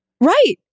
right